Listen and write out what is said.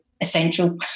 Essential